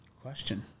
Question